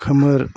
खोमोर